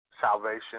salvation